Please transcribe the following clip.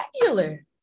regular